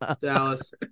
Dallas